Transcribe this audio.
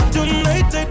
Tonight